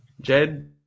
Jed